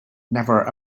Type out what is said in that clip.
never